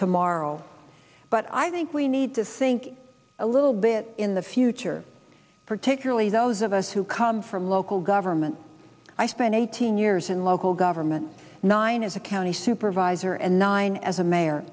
tomorrow but i think we need to think a little bit in the future particularly those of us who come from local government i spent eighteen years in local government nine as a county supervisor and nine as a mayor